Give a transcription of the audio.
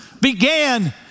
began